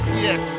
yes